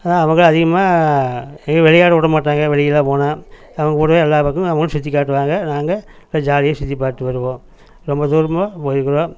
அவங்க அதிகமாக எங்கே விளையாட விட மாட்டாங்க வெளியேலாம் போனால் அவங்கக்கூடையே எல்லா பக்கமும் ஊர் சுற்றி காட்டுவாங்க நாங்கள் போய் ஜாலியாக சுற்றி பார்த்துட்டு வருவோம் ரொம்ப தூரமெல்லாம் போயிக்கிறோம்